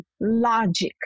logic